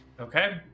Okay